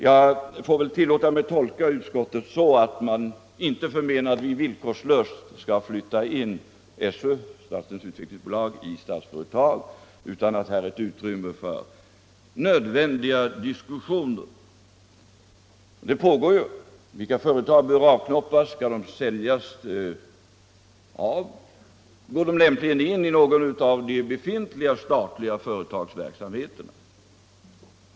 Jag får väl tillåta mig att tolka utskottet så, att det inte förmenar att vi villkorslöst skall flytta in Svenska Utvecklings AB i Statsföretag, utan att här finns ett utrymme för nödvändiga diskussioner - och sådana pågår — i frågor som dessa: Vilka företag bör avknoppas? Skall de försäljas? Går de lämpligen in i någon av de befintliga statliga företagsverksamheterna?